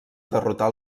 derrotar